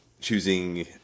choosing